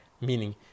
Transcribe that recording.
Meaning